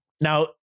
now